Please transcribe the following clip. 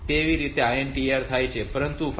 તેથી તે રીતે INTR જાય છે પરંતુ 5